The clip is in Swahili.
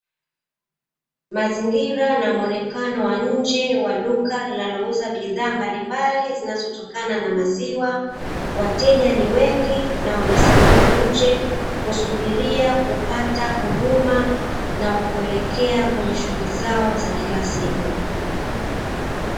Mazingira na muonekano wa nje wa duka linalouza bidhaa mbalimbali zinazotokana na maziwa, wateja ni wengi na wamesimama nje, kusubiria kupata huduma, na kuelekea kwenye shughuli zao za kila siku.